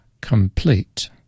complete